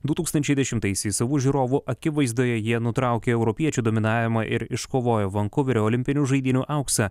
du tūkstančiai dešimtaisiais savų žiūrovų akivaizdoje jie nutraukė europiečių dominavimą ir iškovojo vankuverio olimpinių žaidynių auksą